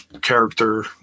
character